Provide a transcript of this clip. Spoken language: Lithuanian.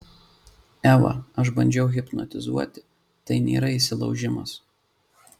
eva aš bandžiau hipnotizuoti tai nėra įsilaužimas